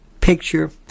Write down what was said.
picture